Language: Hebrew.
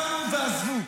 קמו ועזבו.